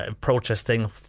protesting